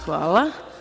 Hvala.